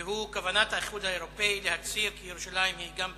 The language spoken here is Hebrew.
הצעות לסדר-היום שמספרן 1753, 1794,